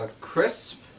Crisp